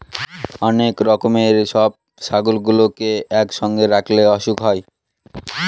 অনেক রকমের সব ছাগলগুলোকে একসঙ্গে রাখলে অসুখ হয়